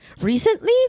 recently